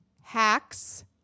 Hacks